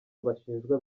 bashinjwa